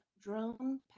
drone